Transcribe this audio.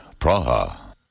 Praha